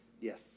yes